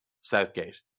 Southgate